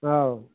औ